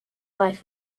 life